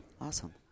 Awesome